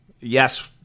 yes